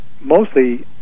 mostly